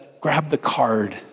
grab-the-card